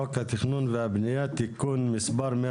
אנחנו מתחילים דיון על הצעת חוק התכנון והבנייה (תיקון מספר 136)